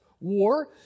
war